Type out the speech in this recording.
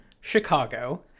chicago